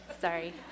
Sorry